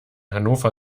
hannover